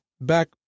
back